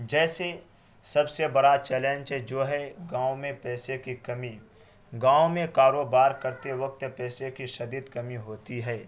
جیسے سب سے بڑا چیلنج جو ہے گاؤں میں پیسے کی کمی گاؤں میں کاروبار کرتے وقت پیسے کی شدید کمی ہوتی ہے